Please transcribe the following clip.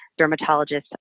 dermatologists